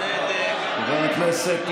צדק ושוויון למען כל האזרחים במדינה.